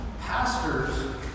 Pastors